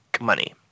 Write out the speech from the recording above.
money